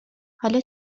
حالا